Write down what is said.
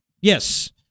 Yes